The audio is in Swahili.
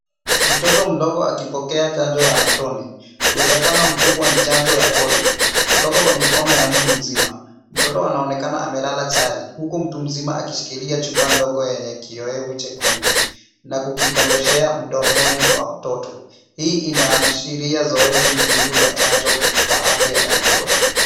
Mtoto mdogo akipokea chanjo ya matone, uwezekano mkubwa ni chanjo ya Polio kutoka kwa mikono ya mtu mzima. Mtoto anaonekana amelala chali huku mtu mzima akishikilia chupa ndogo yenye kiowevu chekundu na kukikondeshea mdomoni wa mtoto. Hii inaashiria zoezi muhimu la chanjo kwa afya ya mtoto.